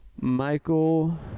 Michael